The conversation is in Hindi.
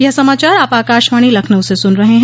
ब्रे क यह समाचार आप आकाशवाणी लखनऊ से सुन रहे हैं